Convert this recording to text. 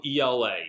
ELA